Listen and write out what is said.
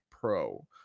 Pro